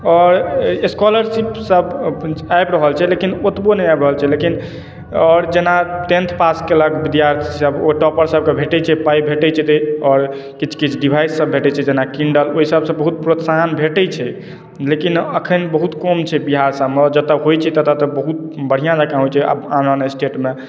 आओर स्कॉलरशिपसभ आबि रहल छै लेकिन ओतबो नहि आबि रहल छै लेकिन आओर जेना टेन्थ पास कयलक विद्यार्थीसभ ओ टॉपर सभके भेटैत छै पाइ भेटैत छै आओर किछु किछु डिवाइससभ भेटैत छै जेनाकि किन्डल ओहिसभसँ बहुत प्रोत्साहन भेटैत छै लेकिन एखन बहुत कम छै बिहार सभमे आओर जतय होइत छै ततय तऽ बहुत बढ़िआँ जकाँ होइत छै आन आन स्टेटमे